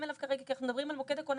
אליו כרגע כי אנחנו מדברים על מוקד הכוננים.